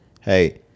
hey